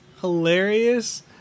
hilarious